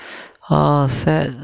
oh sad